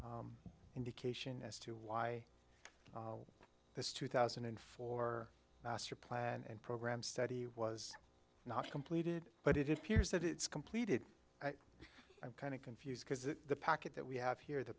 an indication as to why this two thousand and four master plan and program study was not completed but it appears that it's completed i'm kind of confused because the package that we have here the